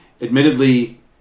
admittedly